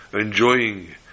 Enjoying